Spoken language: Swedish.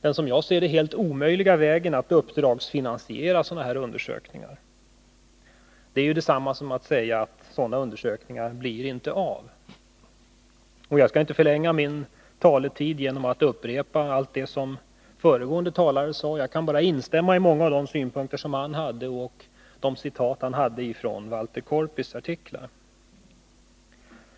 den, som jag ser det, helt omöjliga vägen att uppdragsfinansiera sådana här undersökningar. Det är ju detsamma som att säga: Sådana undersökningar blir inte av. Jag skall inte förlänga debatten genom att under min taletid upprepa allt det som den föregående talaren sade. Jag kan bara instämma i många av de synpunkter som han anförde och de citat från Walter Korpis artiklar som han redovisade.